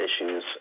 issues